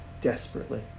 desperately